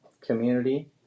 community